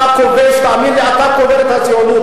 אתה כובש, תאמין לי, אתה קובר את הציונות.